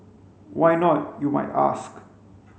why not you might ask